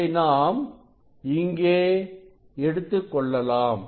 அதை நாம் இங்கே எடுத்துக் கொள்ளலாம்